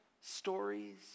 stories